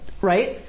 Right